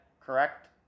correct